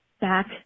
back